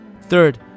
Third